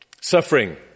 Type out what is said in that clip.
suffering